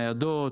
ניידות,